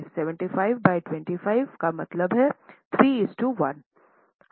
75 by 25 का मतलब 31